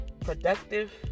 productive